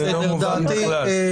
בסדר,